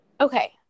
Okay